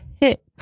hit